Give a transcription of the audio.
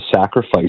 sacrifice